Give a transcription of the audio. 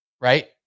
Right